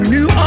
New